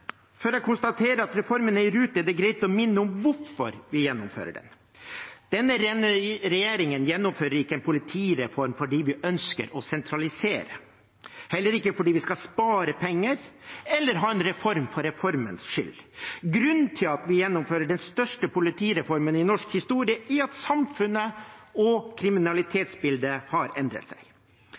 Før jeg konstaterer at reformen er i rute, er det greit å minne om hvorfor vi gjennomfører den. Denne regjeringen gjennomfører ikke en politireform fordi vi ønsker å sentralisere, heller ikke fordi vi skal spare penger eller ha en reform for reformens skyld. Grunnen til at vi gjennomfører den største politireformen i norsk historie, er at samfunnet og kriminalitetsbildet har endret seg.